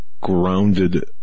grounded